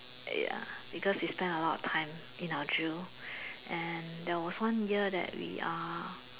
ya because we spend a lot of time in our drill and there was one year that we are